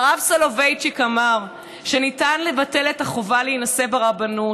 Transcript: הרב סולובייצ'יק אמר שניתן לבטל את החובה להינשא ברבנות,